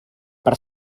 per